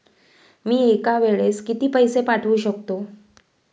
मी एका वेळेस किती पैसे पाठवू शकतो?